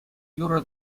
юрӑ